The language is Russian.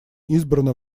избрано